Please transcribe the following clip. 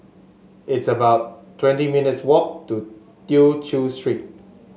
it's about twenty minutes' walk to Tew Chew Street